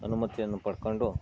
ಅನುಮತಿಯನ್ನು ಪಡ್ಕೊಂಡು